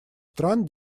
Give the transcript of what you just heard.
стран